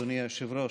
אדוני היושב-ראש,